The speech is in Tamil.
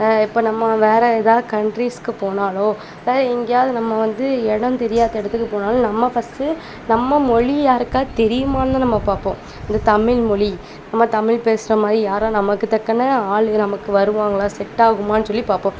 இப்போ நம்ம வேற எதாது கண்ட்ரீஸ்க்கு போனாலோ இல்லை எங்கேயாவது நம்ம வந்து இடம் தெரியாத இடத்துக்குப் போனாலும் நம்ம ஃபர்ஸ்ட்டு நம்ம மொழி யாருக்காவது தெரியுமான்னுதான் நம்ம பார்ப்போம் இந்த தமிழ்மொழி நம்ம தமிழ் பேசுகிற மாதிரி யாரும் நமக்கு டக்குனு ஆளுங்கக நமக்கு வருவாங்களா செட் ஆகுமான்னு சொல்லி பார்ப்போம்